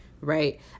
right